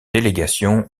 délégation